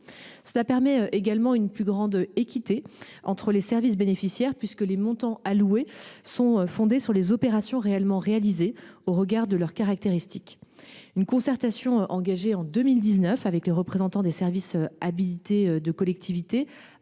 également dans le sens d’une plus grande équité entre les services bénéficiaires, puisque les montants alloués sont fondés sur les opérations réellement réalisées au regard de leurs caractéristiques. Une concertation engagée en 2019 avec les représentants des services habilités de collectivités